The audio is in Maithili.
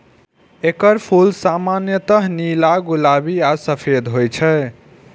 एकर फूल सामान्यतः नीला, गुलाबी आ सफेद होइ छै